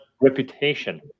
reputation